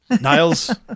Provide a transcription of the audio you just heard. Niles